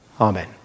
amen